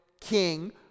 king